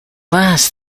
last